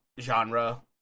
genre